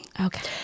Okay